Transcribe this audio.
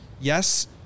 yes